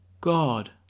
God